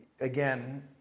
again